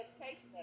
education